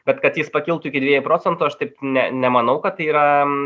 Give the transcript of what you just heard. bet kad jis pakiltų iki dviejų procentų aš taip ne nemanau kad tai yra